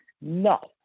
no